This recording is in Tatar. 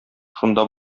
шунда